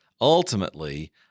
Ultimately